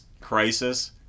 crisis